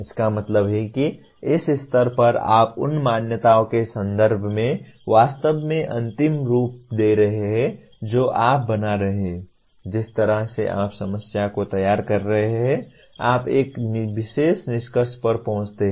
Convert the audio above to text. इसका मतलब है कि इस स्तर पर आप उन मान्यताओं के संदर्भ में वास्तव में अंतिम रूप दे रहे हैं जो आप बना रहे हैं जिस तरह से आप समस्या को तैयार कर रहे हैं आप एक विशेष निष्कर्ष पर पहुंचते हैं